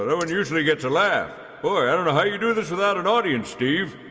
um and usually gets a laugh. boy, i don't know how you do this without an audience, steve.